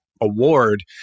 award